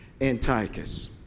Antiochus